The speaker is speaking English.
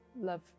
love